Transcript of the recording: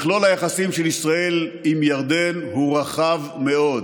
מכלול היחסים של ישראל עם ירדן הוא רחב מאוד.